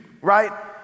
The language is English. right